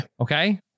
Okay